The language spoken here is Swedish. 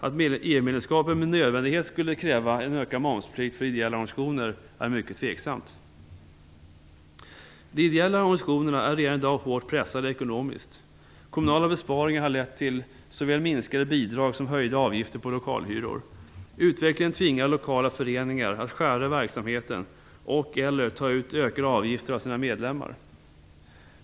Att EU-medlemskapet med nödvändighet skulle kräva en ökad momsplikt för ideella organisationer är mycket tveksamt. De ideella organisationerna är redan i dag hårt pressade ekonomiskt. Kommunala besparingar har lett till såväl minskade bidrag som höjda lokalhyror. Utvecklingen tvingar lokala föreningar att skära i verksamheten och/eller ta ut ökade avgifter av sina medlemmar.